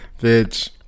Bitch